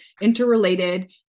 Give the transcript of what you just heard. interrelated